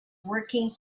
working